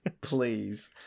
please